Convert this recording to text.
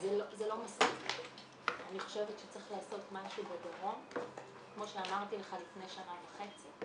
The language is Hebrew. הישיבה ננעלה בשעה 13:06.